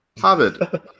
Harvard